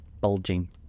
bulging